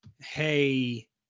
hey